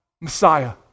Messiah